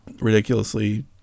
ridiculously